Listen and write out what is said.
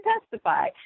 testify